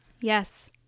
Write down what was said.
yes